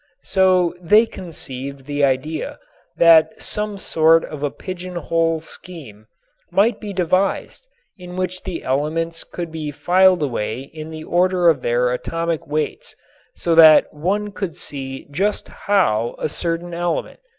so they conceived the idea that some sort of a pigeon-hole scheme might be devised in which the elements could be filed away in the order of their atomic weights so that one could see just how a certain element,